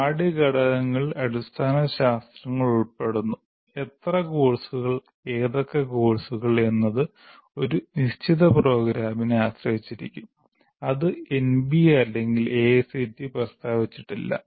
പാഠ്യ ഘടകങ്ങളിൽ അടിസ്ഥാന ശാസ്ത്രങ്ങൾ ഉൾപ്പെടുന്നു എത്ര കോഴ്സുകൾ ഏതൊക്കെ കോഴ്സുകൾ എന്നത് ഒരു നിശ്ചിത പ്രോഗ്രാമിനെ ആശ്രയിച്ചിരിക്കും അത് എൻബിഎ അല്ലെങ്കിൽ എഐസിടിഇ പ്രസ്താവിച്ചിട്ടില്ല